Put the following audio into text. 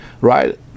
right